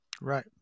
Right